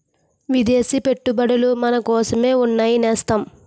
విదేశీ పెట్టుబడులు మనకోసమే ఉన్నాయి నేస్తం